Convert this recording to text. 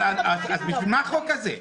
בשביל מה החוק הזה?